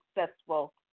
successful